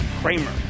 Kramer